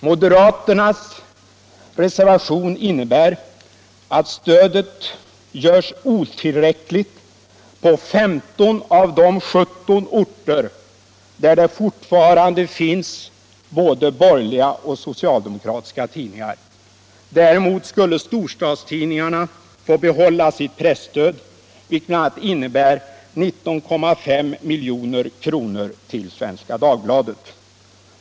Moderaternas reservation innebär att stödet görs otillräckligt på 15 av de 17 orter där det fortfarande finns både borgerliga och socialdemokratiska tidningar. Däremot skulle storstadstidningarna få behålla sitt presstöd, vilket bl.a. innebär 19,5 milj.kr. till Svenska Dagbladet.